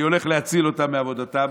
אני הולך להציל אותם מעבודתם,